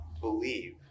believe